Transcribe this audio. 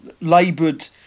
laboured